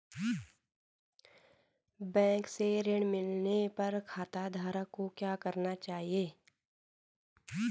Bank से ऋण मिलने पर खाताधारक को क्या करना चाहिए?